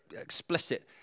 explicit